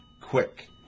quick